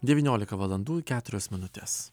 devyniolika valandų keturios minutės